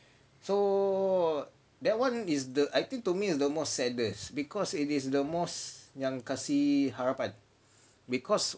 so that [one] is the I think to me is the most saddest because it is the most yang kasi harapan because